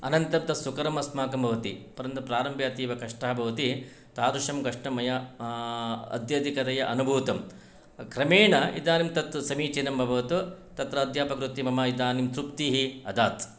अनन्तरं तत् सुकरम् अस्माकं भवति परन्तु प्रारम्भे अतीवकष्टः भवति तादृशं कष्टं मया अत्यधिकतया अनुभूतं क्रमेण इदानीं तत् समीचीनं अभवत् तत्र अध्यापकवृत्ति मम इदानीं तृप्तिः अदात्